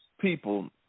people